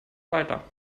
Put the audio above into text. weiter